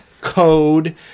code